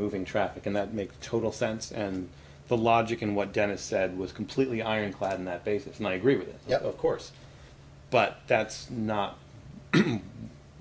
moving traffic and that makes total sense and the logic in what dennis said was completely ironclad in that basis and i agree with that of course but that's not